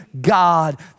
God